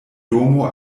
domo